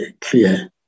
clear